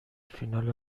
فینال